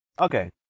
Okay